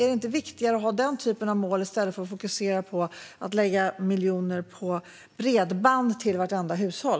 Är det inte viktigare att ha den typen av mål än att fokusera på att lägga miljoner på bredband till vartenda hushåll?